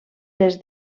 des